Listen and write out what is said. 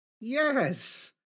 Yes